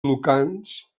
lucans